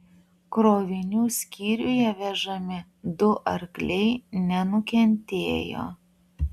krovinių skyriuje vežami du arkliai nenukentėjo